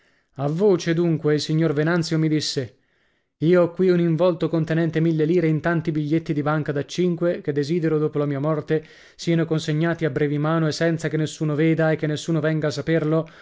a voce dunque il signor venanzio mi disse io ho qui un involto contenente mille lire in tanti biglietti di banca da cinque che desidero dopo la mia morte sieno consegnati a brevimano e senza che nessuno veda e che nessuno venga a saperlo